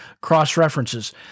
cross-references